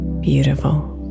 beautiful